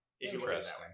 Interesting